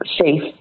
safe